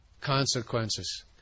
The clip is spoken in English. consequences